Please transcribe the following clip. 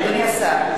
אדוני השר.